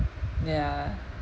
ya